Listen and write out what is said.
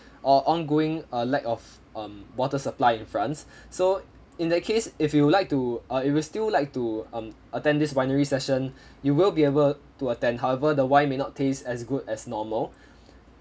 uh ongoing uh lack of um water supply in france so in that case if you would like to uh if you still like to um attend this winery session you will be able to attend however the wine may not taste as good as normal